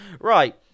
Right